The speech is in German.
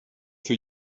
für